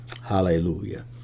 Hallelujah